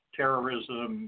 terrorism